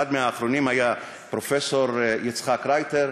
אחד האחרונים היה פרופסור יצחק רייטר.